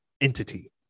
entity